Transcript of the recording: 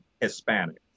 Hispanic